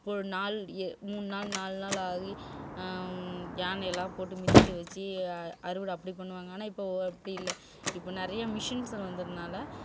போ நாள் ஏ மூணு நாள் நாலு நாள் ஆகி யானையெல்லாம் போட்டு மிதிக்க வச்சி அ அறுவடை அப்படி பண்ணுவாங்க ஆனால் இப்போது அப்படி இல்லை இப்போ நிறைய மிஷின்ஸர் வந்ததுனால்